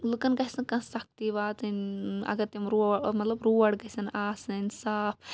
لُکَن گَژھِ نہٕ کانٛہہ سَختی واتٕنۍ اگر تِم روڈ مَطلَب روڈ گَژھَن آسٕنۍ صاف